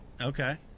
Okay